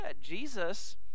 Jesus